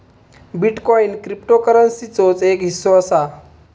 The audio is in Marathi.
बिटकॉईन क्रिप्टोकरंसीचोच एक हिस्सो असा